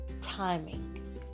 timing